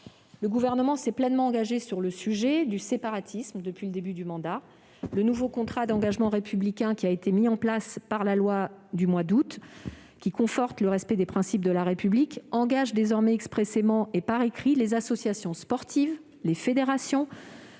Le Gouvernement s'est pleinement engagé sur le sujet du séparatisme depuis le début du quinquennat. Le nouveau contrat d'engagement républicain, mis en place par la loi d'août 2021 confortant le respect des principes de la République, engage désormais expressément les associations sportives et les fédérations